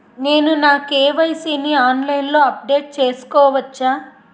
నేను నా కే.వై.సీ ని ఆన్లైన్ లో అప్డేట్ చేసుకోవచ్చా?